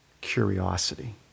curiosity